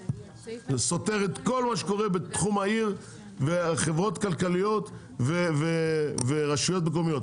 זה סותר את כל מה שקורה בתחום העיר וחברות כלכליות ורשויות מקומיות.